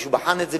מישהו בחן את זה?